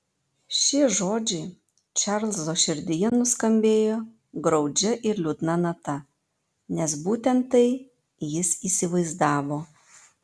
šie žodžiai čarlzo širdyje nuskambėjo graudžia ir liūdna nata nes būtent tai jis įsivaizdavo